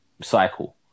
cycle